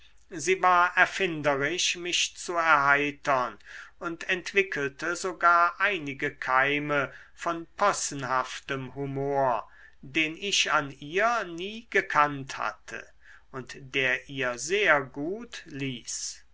sie war erfinderisch mich zu erheitern und entwickelte sogar einige keime von possenhaftem humor den ich an ihr nie gekannt hatte und der ihr sehr gut ließ